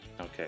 Okay